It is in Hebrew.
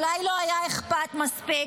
אולי לא היה אכפת מספיק.